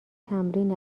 تمرین